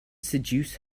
seduce